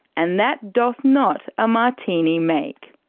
and that doth not a martini make.